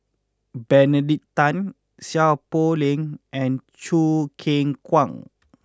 Benedict Tan Seow Poh Leng and Choo Keng Kwang